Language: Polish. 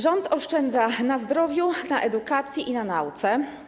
Rząd oszczędza na zdrowiu, na edukacji i na nauce.